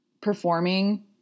performing